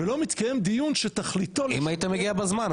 אם היית מגיע בזמן,